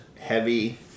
heavy